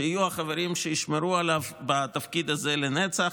שיהיו חברים שישמרו עליו בתפקיד הזה לנצח.